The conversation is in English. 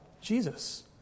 Jesus